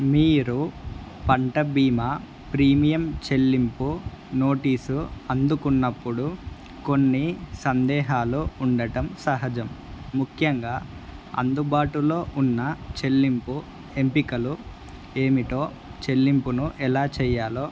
మీరు పంట బీమా ప్రీమియం చెల్లింపు నోటీసు అందుకున్నప్పుడు కొన్ని సందేహాలు ఉండటం సహజం ముఖ్యంగా అందుబాటులో ఉన్న చెల్లింపు ఎంపికలు ఏమిటో చెల్లింపును ఎలా చేయాలో